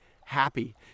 happy